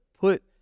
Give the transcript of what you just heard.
put